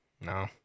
no